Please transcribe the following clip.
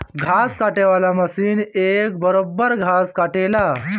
घास काटे वाला मशीन एक बरोब्बर घास काटेला